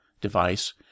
device